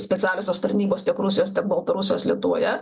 specialiosios tarnybos tiek rusijos baltarusijos lietuvoje